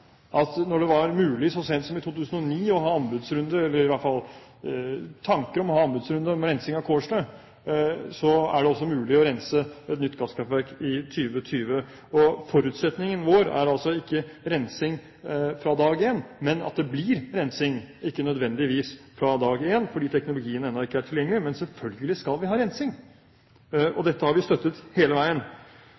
at når det var mulig så sent som i 2009 å ha anbudsrunde, eller i hvert fall tanker om å ha anbudsrunde, på rensing av Kårstø, er det også mulig å rense et nytt gasskraftverk i 2020. Forutsetningen vår er altså ikke rensing fra dag én, men at det blir rensing – ikke nødvendigvis fra dag én fordi teknologien ennå ikke er tilgjengelig, men selvfølgelig skal vi ha rensing. Dette har vi støttet hele veien. Og